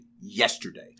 yesterday